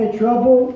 trouble